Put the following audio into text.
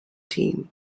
team